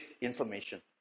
information